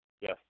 Yes